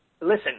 listen